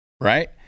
Right